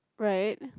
right